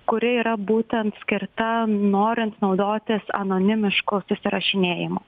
kuri yra būtent skirta norint naudotis anonimišku susirašinėjimu